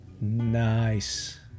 Nice